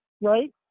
Right